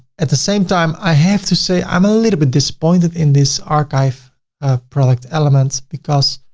at the same time, i have to say i'm ah little bit disappointed in this archive ah product element, because,